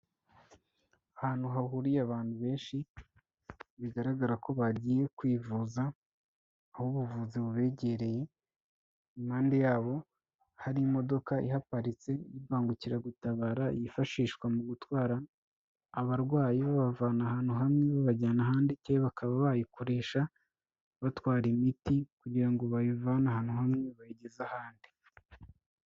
Ahantu hahuriye abantu benshi, bigaragara ko bagiye kwivuza, aho ubuvuzi bubegereye impande yabo hari imodoka ihaparitse y'imbangukiragutabara yifashishwa mu gutwara abarwayi babavana ahantu hamwe babajyana ahandi, cyangwa bakaba bayikoresha batwara imiti kugira ngo bayivane ahantu hamwe bayigeze ahandi.